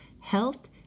health